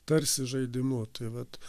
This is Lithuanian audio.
tarsi žaidimu tai vat